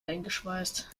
eingeschweißt